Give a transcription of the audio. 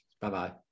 Bye-bye